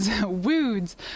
Woods